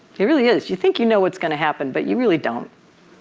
it really is. you think you know what's going to happen but you really don't,